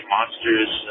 Monsters